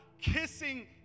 kissing